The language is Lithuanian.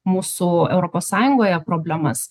mūsų europos sąjungoje problemas